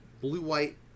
blue-white